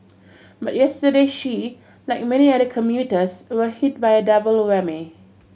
but yesterday she like many other commuters were hit by a double whammy